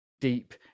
deep